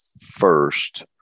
first